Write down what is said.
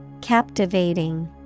Captivating